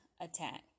attack